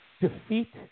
defeat